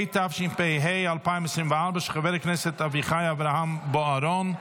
התשפ"ד 2024, של חבר הכנסת אביחי אברהם בוארון.